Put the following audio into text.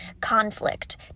conflict